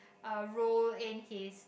uh role in his